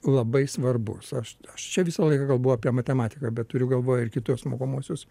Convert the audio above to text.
labai svarbus aš aš čia visą laiką kalbu apie matematiką bet turiu galvoj ir kitus mokomuosius